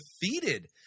defeated